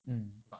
mm